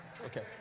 Okay